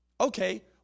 Okay